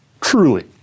truly